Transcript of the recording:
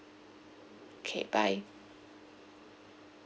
K bye